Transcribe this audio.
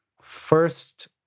first